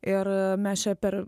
ir mes čia per